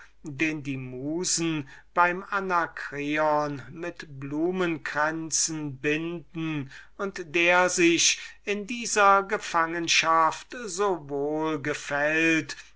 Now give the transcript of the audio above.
den die musen beim anacreon mit blumenkränzen binden und der sich in dieser gefangenschaft so wohl gefällt